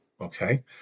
Okay